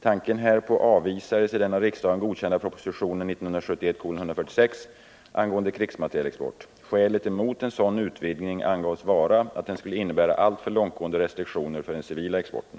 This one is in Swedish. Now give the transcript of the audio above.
Tanken härpå avvisades i den av riksdagen godkända propositionen angående krigsmaterielexport. Skälet emot en sådan utvidgning angavs vara att den skulle innebära alltför långtgående restriktioner för den civila exporten.